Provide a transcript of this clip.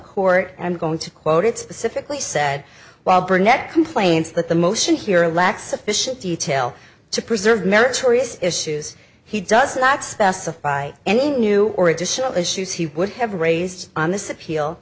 court i'm going to quote it specifically said while burnett complains that the motion here lacks sufficient detail to preserve meritorious issues he does not specify any new or additional issues he would have raised on this appeal